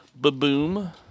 Baboom